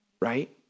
Right